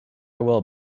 will